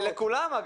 לכולם.